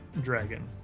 dragon